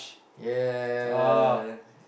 ya